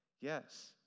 Yes